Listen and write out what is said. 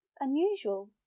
unusual